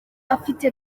afite